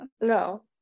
no